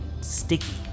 sticky